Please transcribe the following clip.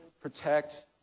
protect